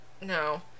No